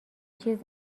چیز